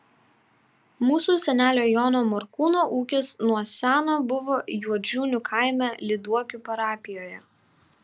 mūsų senelio jono morkūno ūkis nuo seno buvo juodžiūnų kaime lyduokių parapijoje